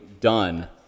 done